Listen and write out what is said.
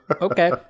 okay